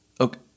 okay